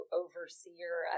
overseer